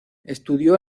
estudió